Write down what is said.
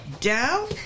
down